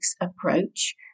approach